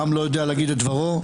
העם לא יודע להגיד את דברו.